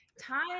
time